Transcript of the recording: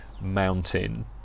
mountain